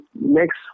next